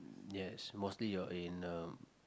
yes mostly you are in uh